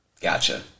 Gotcha